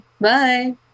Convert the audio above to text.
Bye